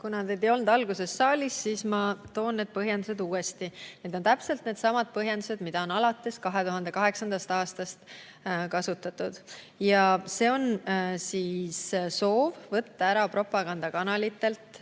Kuna te ei olnud alguses saalis, siis ma toon need põhjendused uuesti. Need on täpselt needsamad põhjendused, mida on alates 2008. aastast kasutatud: soov võtta propagandakanalitelt